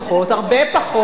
הרבה פחות.